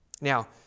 Now